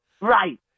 Right